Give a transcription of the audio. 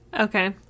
Okay